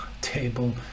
table